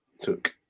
took